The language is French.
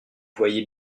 voyez